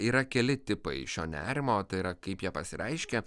yra keli tipai šio nerimo tai yra kaip jie pasireiškia